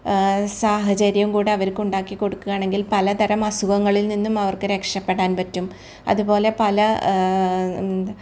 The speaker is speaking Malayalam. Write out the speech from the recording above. സാഹചര്യം കൂടെ അവർക്ക് ഉണ്ടാക്കി കൊടുക്കുകയാണെങ്കിൽ പലതരം അസുഖങ്ങളിൽ നിന്നും അവർക്ക് രക്ഷപ്പെടാൻ പറ്റും അതുപോലെ പല